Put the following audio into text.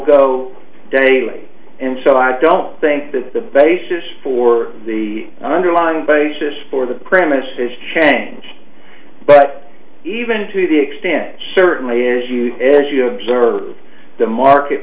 go daily and so i don't think that the basis for the underlying basis for the premises change but even to the extent shirton is you as you observe the market